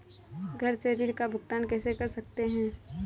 घर से ऋण का भुगतान कैसे कर सकते हैं?